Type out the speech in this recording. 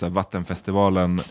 vattenfestivalen